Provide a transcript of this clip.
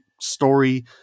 story